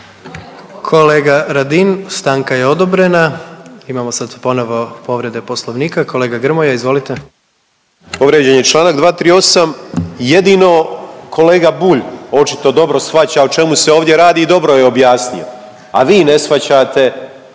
Kolega Radin stanka je odobrena. Imamo sad ponovo povrede poslovnika, kolega Grmoja izvolite. **Grmoja, Nikola (MOST)** Povrijeđen je čl. 238., jedino kolega Bulj očito dobro shvaća o čemu se ovdje radi i dobro je objasnio. A vi ne shvaćate